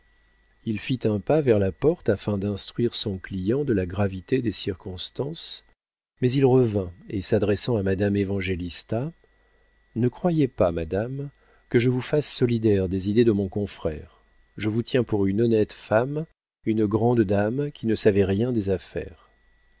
il fit un pas vers la porte afin d'instruire son client de la gravité des circonstances mais il revint et s'adressant à madame évangélista ne croyez pas madame que je vous fasse solidaire des idées de mon confrère je vous tiens pour une honnête femme une grande dame qui ne savez rien des affaires